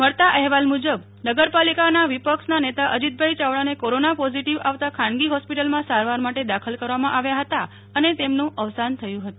મળતા એહવાલ મુજબ નગર પાલિકાના વીપક્ષના નેતા અજીતભાઈ ચાવડાને કોરોના પોઝિટિવ આવતા ખાનગી હોસ્પિટલમાં સારવાર માટે દાખલ કવરામાં આવ્યા હતા અને તેમનું અવસાન થયું હતું